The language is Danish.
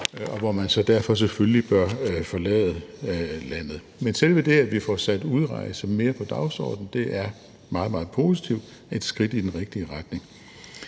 og hvor man derfor selvfølgelig så bør forlade landet. Men selve det, at vi får sat udrejse mere på dagsordenen, er meget, meget positivt og et skridt i den rigtige retning.